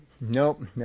Nope